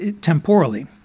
temporally